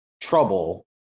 trouble